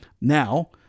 Now